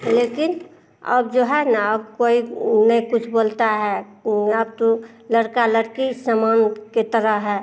लेकिन अब जो है न अब कोई ऊ नहीं कुछ बोलता है अब तो लड़का लड़की समान के तरह है